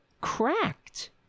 cracked